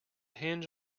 hinge